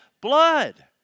blood